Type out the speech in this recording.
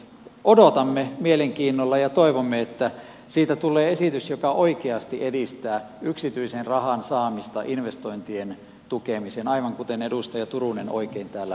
odotamme mielenkiinnolla ja toivomme että siitä tulee esitys joka oikeasti edistää yksityisen rahan saamista investointien tukemiseen kuten edustaja turunen aivan oikein täällä peräänkuulutti